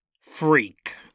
Freak